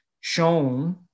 shown